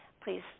please